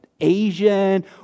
Asian